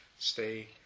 stay